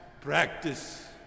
practice